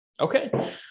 Okay